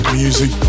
music